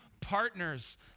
partners